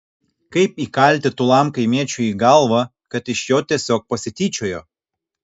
kaip įkalti tūlam kaimiečiui į galvą kad iš jo tiesiog pasityčiojo